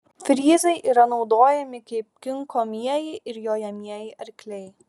fryzai yra naudojami kaip kinkomieji ar jojamieji arkliai